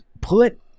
put